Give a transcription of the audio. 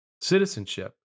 citizenship